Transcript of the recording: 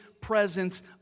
presence